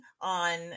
on